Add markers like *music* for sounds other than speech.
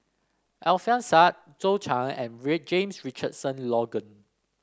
Alfian Sa'at Zhou Can and *unintelligible* James Richardson Logan